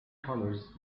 colors